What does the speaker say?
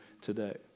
today